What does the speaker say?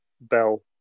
Bell